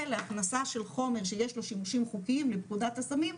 להכנסה של חומר שיש לו שימושים חוקיים לפקודת הסמים,